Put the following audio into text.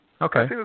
okay